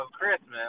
Christmas